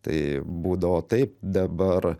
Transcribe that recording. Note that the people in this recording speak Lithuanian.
tai būdavo taip dabar